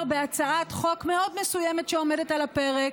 בהצעת חוק מאוד מסוימת שעומדת על הפרק,